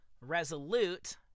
Resolute